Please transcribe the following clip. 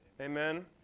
Amen